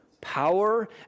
power